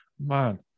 man